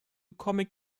comic